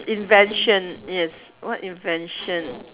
invention yes what invention